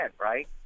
right